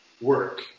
work